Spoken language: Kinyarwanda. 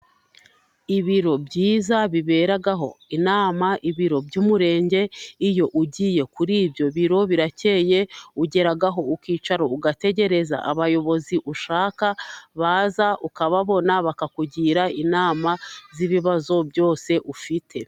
Ibiro byiza biberaho inama, ibiro by'umurenge, iyo ugiye kuri ibyo biro, birakeye ugeraho ukicara, ugategereza abayobozi ushaka, baza ukababona bakakugira inama z'ibibazo byose ufite.